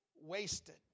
wasted